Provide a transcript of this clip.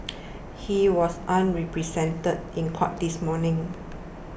he was unrepresented in court this morning